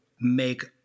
make